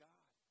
God